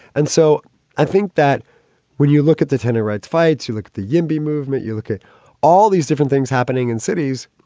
and so i think that when you look at the tenure rights fights, you look at the yeah nimby movement, you look at all these different things happening in cities.